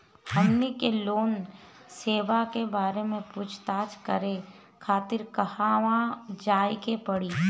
हमनी के लोन सेबा के बारे में पूछताछ करे खातिर कहवा जाए के पड़ी?